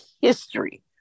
history